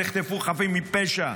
נחטפו חפים מפשע,